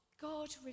God